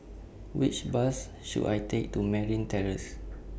Which Bus should I Take to Merryn Terrace